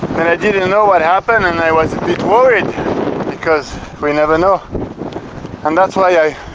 and i didn't know what happened and i was a bit worried because we never know and that's why i